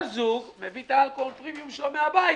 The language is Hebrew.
כל זוג מביא מעבר לכך את האלכוהול פרימיום שלו מהבית.